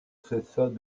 cessât